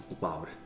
loud